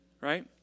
Right